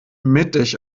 mittig